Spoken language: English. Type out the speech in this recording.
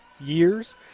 years